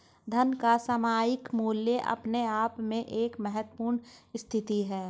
धन का सामयिक मूल्य अपने आप में एक महत्वपूर्ण स्थिति है